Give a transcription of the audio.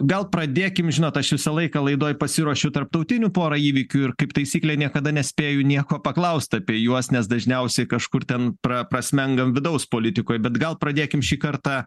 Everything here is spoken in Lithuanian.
gal pradėkim žinot aš visą laiką laidoj pasiruošiu tarptautinių porą įvykių ir kaip taisyklė niekada nespėju nieko paklaust apie juos nes dažniausiai kažkur ten pra prasmengam vidaus politikoj bet gal pradėkim šį kartą